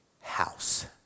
house